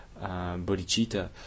bodhicitta